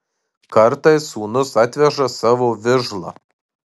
kartais sūnus atveža savo vižlą